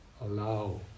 allow